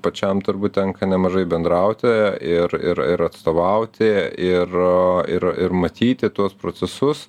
pačiam turbūt tenka nemažai bendrauti ir ir atstovauti ir ir ir matyti tuos procesus